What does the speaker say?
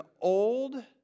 old